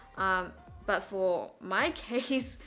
um but for my case,